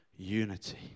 unity